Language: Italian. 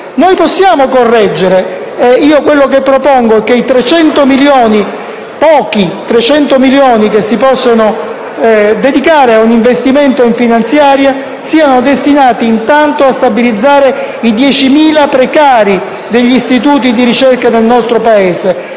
Noi possiamo correggere questa situazione. Propongo che i 300 milioni, anche se pochi, che si possono dedicare a un investimento in finanziaria, siano destinati a stabilizzare i 10.000 precari degli istituti di ricerca del nostro Paese.